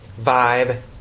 vibe